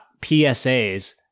PSAs